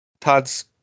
Todd's